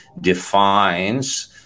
defines